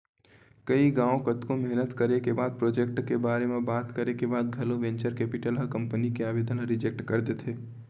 कई घांव कतको मेहनत करे के बाद प्रोजेक्ट के बारे म बात करे के बाद घलो वेंचर कैपिटल ह कंपनी के आबेदन ल रिजेक्ट कर देथे